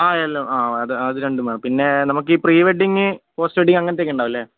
ആ എല്ലാം ആ അത് രണ്ടും വേണം പിന്നെ നമുക്ക് പ്രീ വെഡിങ് പോസ്റ്റ് വെഡിങ് അങ്ങനത്തെയൊക്കെ ഉണ്ടാവില്ലേ